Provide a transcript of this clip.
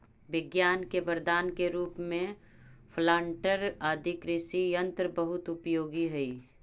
विज्ञान के वरदान के रूप में प्लांटर आदि कृषि यन्त्र बहुत उपयोगी हई